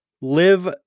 live